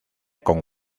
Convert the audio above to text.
con